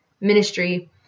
ministry